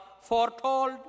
foretold